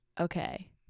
okay